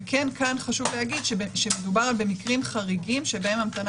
וכן כאן חשוב להגיד שמדובר רק במקרים חריגים שבהם המתנה